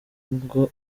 ngo